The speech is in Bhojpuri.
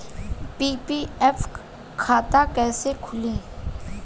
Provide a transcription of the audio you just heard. पी.पी.एफ खाता कैसे खुली?